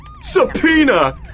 Subpoena